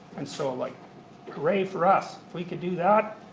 and so like but hooray for us. if we can do that,